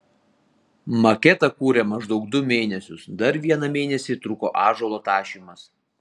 maketą kūrė maždaug du mėnesius dar vieną mėnesį truko ąžuolo tašymas